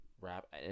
rap